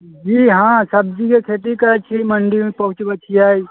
जी हाँ सब्जीके खेती करै छी मण्डीमे पहुँचाबै छियै